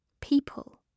People